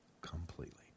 completely